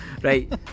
Right